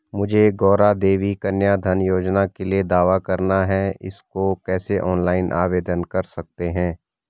मुझे गौरा देवी कन्या धन योजना के लिए दावा करना है इसको कैसे ऑनलाइन आवेदन कर सकते हैं?